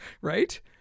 right